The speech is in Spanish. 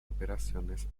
operaciones